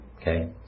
Okay